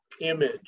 image